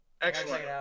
Excellent